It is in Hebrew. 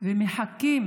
ומחכים